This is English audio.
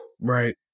Right